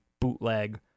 bootleg